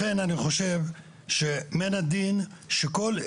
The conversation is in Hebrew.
לכן אני חושב שמן הדין שכל ארגון,